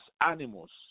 animals